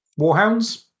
Warhounds